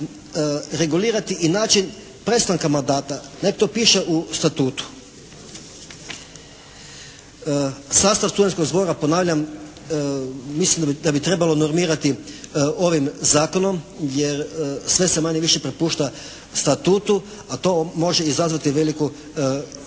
regulirati i način prestanka mandata, nek' to piše u Statutu. Sastav studentskog zbora ponavljam, mislim da bi trebalo normirati ovim zakonom, jer sve se manje-više prepušta Statutu, a to može izazvati veliku šarolikost.